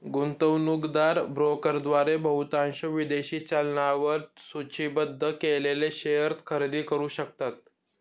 गुंतवणूकदार ब्रोकरद्वारे बहुतांश विदेशी चलनांवर सूचीबद्ध केलेले शेअर्स खरेदी करू शकतात